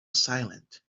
silent